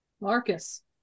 Marcus